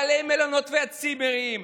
בעלי המלונות והצימרים,